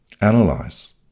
Analyze